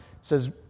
says